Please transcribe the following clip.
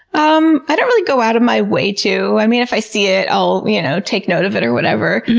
um i don't really go out of my way to. i mean, if i see it, i'll you know take note of it or whatever.